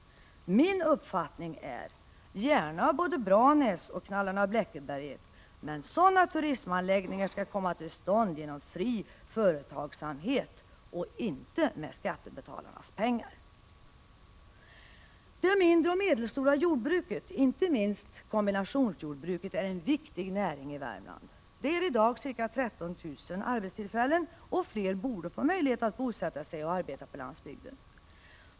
Min uppfattning är: Gärna både Branäs och Knallarna-Bleckeberget, men sådana turistanläggningar skall komma till stånd genom fri företagsamhet och inte med skattebetalarnas pengar! Det mindre och medelstora jordbruket — inte minst kombinationsjordbruket — är en viktig näring i Värmland. Det ger i dag ca 13 000 arbetstillfällen, och fler människor borde få möjlighet att bosätta sig och arbeta på landsbygden.